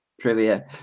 trivia